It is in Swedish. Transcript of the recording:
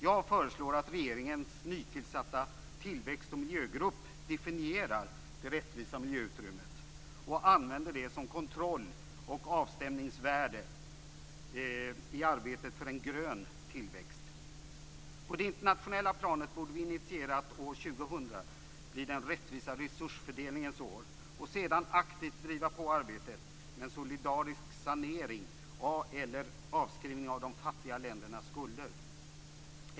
Jag föreslår att regeringens nytillsatta tillväxt och miljögrupp definierar det rättvisa miljöutrymmet och använder det som kontroll och avstämningsvärde i arbetet för en grön tillväxt. På det internationella planet borde vi initiera att år 2000 blir den rättvisa resursfördelningens år och sedan aktivt driva på arbetet med en solidarisk sanering eller avskrivning av de fattiga ländernas skulder.